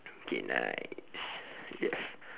okay nice yes